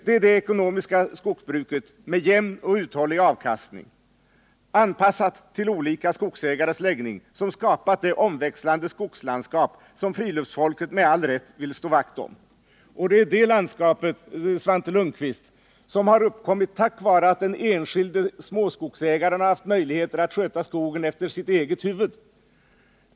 Det är det ekonomiska skogsbruket med jämn och uthållig avkastning, anpassad till olika skogsägares läggning, som skapat det omväxlande skogslandskap som friluftsfolket med all rätt vill slå vakt om. Det landskapet, Svante Lundkvist, har uppkommit tack vare att den enskilde småskogsägaren haft möjligheter att sköta skogen efter sitt eget huvud.